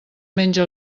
menja